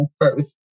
first